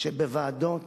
שבוועדות